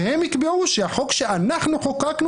והם יקבעו שהחוק שאנחנו חוקקנו,